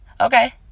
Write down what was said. okay